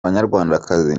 banyarwandakazi